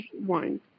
wine